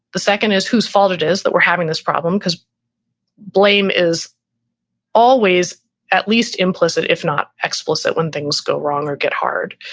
the second is whose fault it is that we're having this problem because blame is always at least implicit if not explicit when things go wrong or get hard.